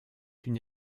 une